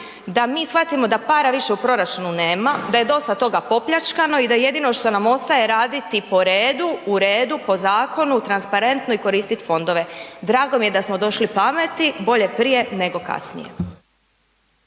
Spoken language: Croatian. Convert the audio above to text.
da mi shvatimo da para više u proračunu nema, da je dosta toga popljačkano i da jedino što nam ostaje raditi po redu, u redu, po zakonu, transparentno i koristiti fondove. Drago mi je da smo došli pameti, bolje prije nego kasnije.